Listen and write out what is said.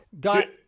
Got